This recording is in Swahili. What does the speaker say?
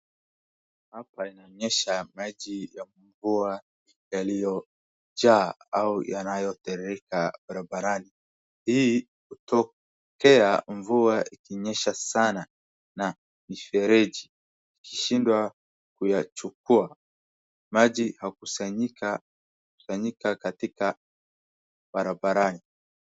Hapa inaonyesha maji ya mvua yaliyojaa ama yanayotirika barabarani. Hii hutokea mvua ikinyesha sana na mifereji ikishindwa kuyachukua. Maji hakusanyika katika barabarani.